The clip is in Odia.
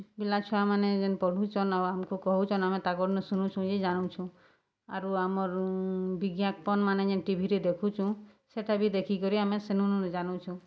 ପିଲାଛୁଆମାନେ ଯେନ୍ ପଢ଼ୁଚନ୍ ଆଉ ଆମ୍କୁ କହୁଚନ୍ ଆମେ ତାକର୍ନୁ ଶୁନୁଛୁଁ ଯେ ଜାନୁଛୁଁ ଆରୁ ଆମର୍ ବିଜ୍ଞାପନ୍ମାନେ ଯେନ୍ ଟିଭିରେ ଦେଖୁଚୁଁ ସେଟା ବି ଦେଖିକରି ଆମେ ସେନୁନୁ ଜାନୁଛୁଁ